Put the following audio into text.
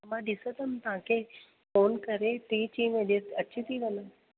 मां ॾिसंदमि तव्हांखे फोन करे टे चारि वजे अची थी वञा